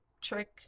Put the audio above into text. trick